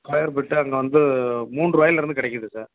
square feet அங்கே வந்து மூண்ரூபாயிலிருந்து கிடைக்குது சார்